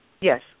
Yes